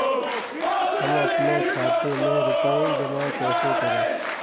हम अपने खाते में रुपए जमा कैसे करें?